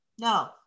No